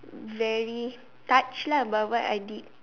very touched lah by what I did